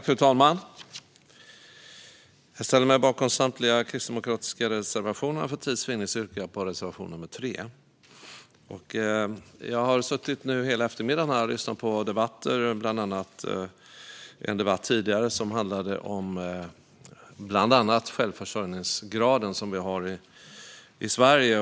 Fru talman! Jag ställer mig bakom samtliga kristdemokratiska reservationer, men för tids vinnande yrkar jag bifall endast till reservation nr 3. Jag har suttit hela eftermiddagen och lyssnat på debatter, däribland en som handlade om bland annat självförsörjningsgraden i Sverige.